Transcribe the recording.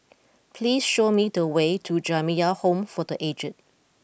please show me the way to Jamiyah Home for the aged